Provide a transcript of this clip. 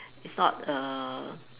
is not err